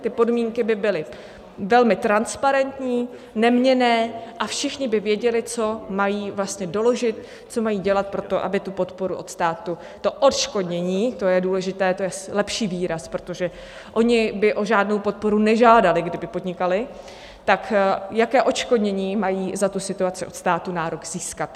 Ty podmínky by byly velmi transparentní, neměnné a všichni by věděli, co mají doložit, co mají dělat, aby podporu od státu, odškodnění to je důležité, to je lepší výraz, protože oni by o žádnou podporu nežádali, kdyby podnikali tak jaké odškodnění mají za tu situaci od státu nárok získat.